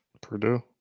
Purdue